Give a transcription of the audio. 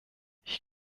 ich